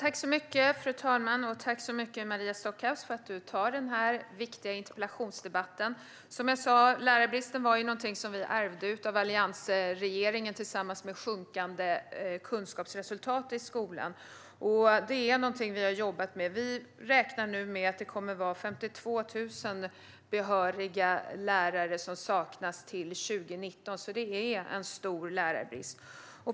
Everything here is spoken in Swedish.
Fru talman! Tack så mycket, Maria Stockhaus, för att du tar denna viktiga interpellationsdebatt! Lärarbristen är, som jag sa, någonting som vi ärvde av alliansregeringen tillsammans med sjunkande kunskapsresultat i skolan. Det är någonting vi har jobbat med. Vi räknar nu med att det kommer att vara 52 000 behöriga lärare som saknas till 2019, så det är en stor lärarbrist.